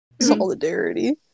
Solidarity